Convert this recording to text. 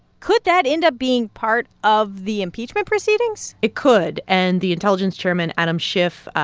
could that end up being part of the impeachment proceedings? it could. and the intelligence chairman, adam schiff,